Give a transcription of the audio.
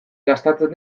gastatzen